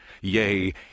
Yea